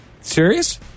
Serious